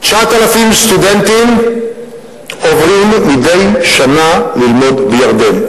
9,000 סטודנטים עוברים מדי שנה ללמוד בירדן,